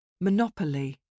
Monopoly